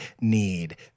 need